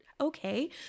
Okay